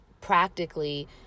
practically